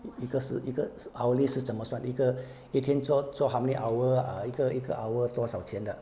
一个是一个 hourly 是怎么算一个一天做做 how many hour 一个一个 hour 多少钱的